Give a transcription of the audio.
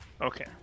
Okay